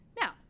now